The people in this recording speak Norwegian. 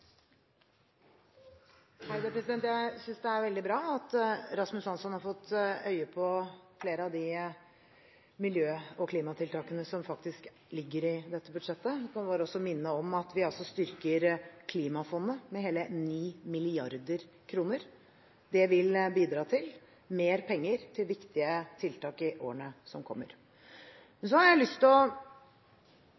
Jeg synes det er veldig bra at Rasmus Hansson har fått øye på flere av de miljø- og klimatiltakene som faktisk ligger i dette budsjettet. Jeg kan også bare minne om at vi styrker klimafondet med hele 9 mrd. kr. Det vil bidra til mer penger til viktige tiltak i årene som kommer.